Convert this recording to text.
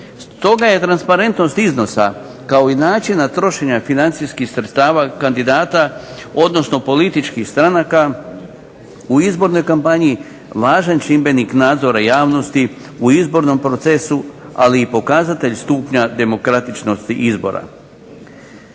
stoga je transparentnost iznosa kao i način trošenja financijskih sredstava kandidata odnosno političkih stranaka, u izbornoj kampanji važan čimbenik nadzora javnosti u izbornom procesu ali i pokazatelj stupnja demokratičnosti izbora.